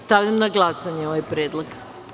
Stavljam na glasanje ovaj predlog.